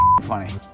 funny